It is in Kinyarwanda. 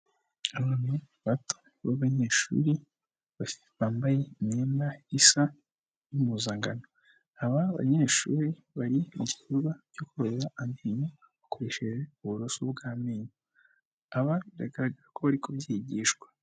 Abantu bato b'abanyeshuri, bambaye imyenda isa n'impuzankano. Aba banyeshuri bari mu gikorwa cyo kureba amenyo, bakoresheje uburoso bw'amenyo. Aba biragaragara ko bari kubyigishwa.